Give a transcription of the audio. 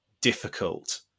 difficult